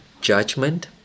judgment